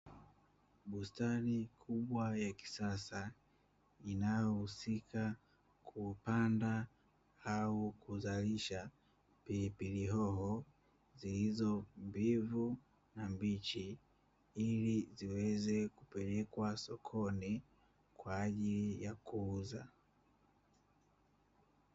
Bustani kubwa ya kisasa inayohusika kupanda au kuzalisha pilipili hoho, zilizo mbivu na mbichi ili ziweze kupelekwa sokoni kwa ajili ya kuuzwa.